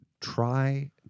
try